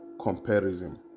comparison